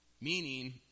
Meaning